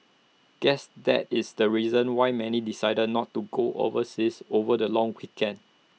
guess that is the reason why many decided not to go overseas over the long weekend